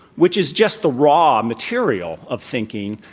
which is just the raw material of thinking,